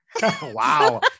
Wow